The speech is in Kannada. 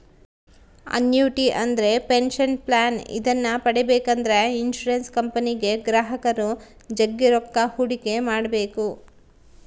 ಅನ್ಯೂಟಿ ಅಂದ್ರೆ ಪೆನಷನ್ ಪ್ಲಾನ್ ಇದನ್ನ ಪಡೆಬೇಕೆಂದ್ರ ಇನ್ಶುರೆನ್ಸ್ ಕಂಪನಿಗೆ ಗ್ರಾಹಕರು ಜಗ್ಗಿ ರೊಕ್ಕ ಹೂಡಿಕೆ ಮಾಡ್ಬೇಕು